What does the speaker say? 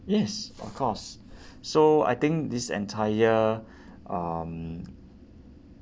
yes of course so I think this entire um